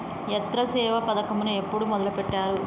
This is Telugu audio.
యంత్రసేవ పథకమును ఎప్పుడు మొదలెట్టారు?